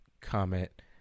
comment